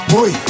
Boy